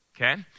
okay